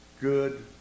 good